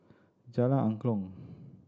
Jalan Angklong